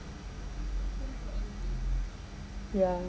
yeah